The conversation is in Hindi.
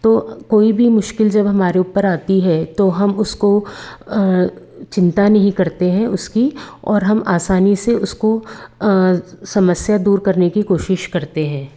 तो कोई भी मुश्किल जब हमारे ऊपर आती है तो हम उसको चिंता नहीं करते हैं उसकी और हम आसानी से उसको समस्या दूर करने की कोशिश करते हैं